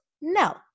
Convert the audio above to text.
no